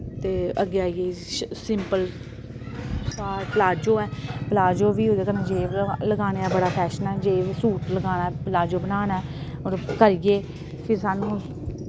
ते अग्गे आई गेई सिंपल ऐ प्लाजो ऐ प्लाजो बी ओह्दे कन्नै जेब लगाने दा बड़ा फैशन ऐ जेब सूट लगाना प्लाजो बनाना ऐ ओह् करियै फ्ही सानूं